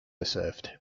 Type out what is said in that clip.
served